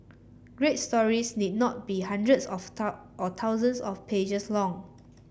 great stories need not be hundreds of or thousands of pages long